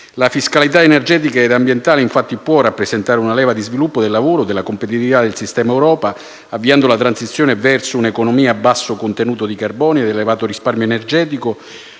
La fiscalità energetica ed ambientale, infatti, può rappresentare una leva di sviluppo del lavoro e della competitività del sistema Europa, avviando la transizione verso un'economia a basso contenuto di carbonio, elevato risparmio energetico,